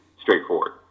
straightforward